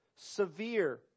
severe